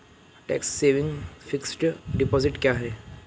Tax saving fixed deposit क्या है?